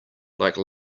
like